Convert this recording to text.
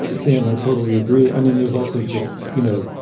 and sam, i totally agree. i mean, there's also just, you know,